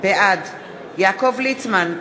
בעד יעקב ליצמן,